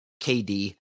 KD